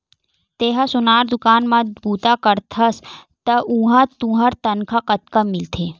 तेंहा सोनार दुकान म बूता करथस त उहां तुंहर तनखा कतका मिलथे?